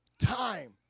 time